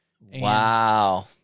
Wow